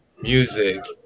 music